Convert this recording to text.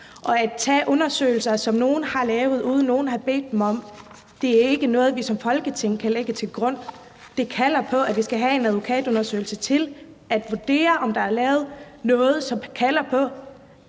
Og at tage undersøgelser, som nogle har lavet, uden at nogen har bedt dem om det, er ikke noget, vi som Folketing kan lægge til grund. Det kalder på, at vi skal have en advokatundersøgelse til at vurdere, om der er lavet noget, som kalder på,